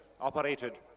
operated